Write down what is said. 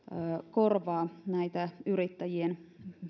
korvaa näitä yrittäjien